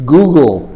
Google